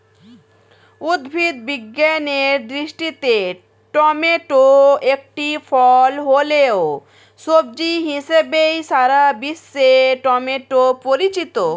উদ্ভিদ বিজ্ঞানের দৃষ্টিতে টমেটো একটি ফল হলেও, সবজি হিসেবেই সারা বিশ্বে টমেটো পরিচিত